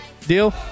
Deal